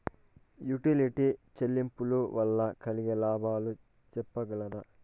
Utility చెల్లింపులు వల్ల కలిగే లాభాలు సెప్పగలరా?